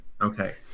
Okay